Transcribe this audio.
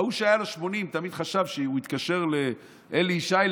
ההוא שהיו לו 80 תמיד חשב שהוא יתקשר לאלי ישי,